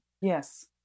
Yes